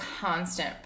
constant